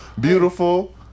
Beautiful